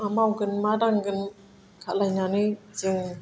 मा मावगोन मा दांगोन खालायनानै जों